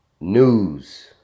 News